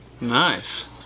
Nice